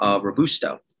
Robusto